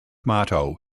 motto